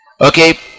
okay